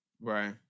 Right